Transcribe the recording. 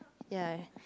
ya